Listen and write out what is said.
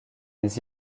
mais